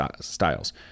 styles